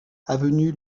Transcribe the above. avenue